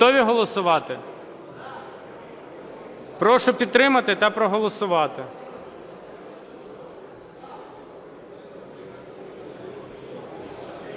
Готові голосувати? Прошу підтримати та проголосувати.